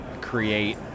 create